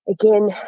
Again